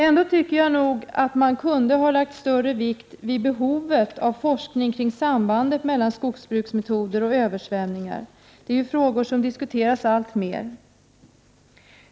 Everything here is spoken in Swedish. Ändå tycker jag att man kunde ha lagt större vikt vid behovet av forskning kring sambandet mellan skogsbruksmetoder och översvämningar. Detta är frågor som diskuteras alltmer.